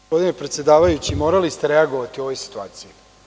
Gospodine predsedavajući, morali ste reagovati u ovoj situaciji.